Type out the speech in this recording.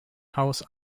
house